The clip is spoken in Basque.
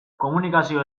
komunikazio